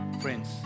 friends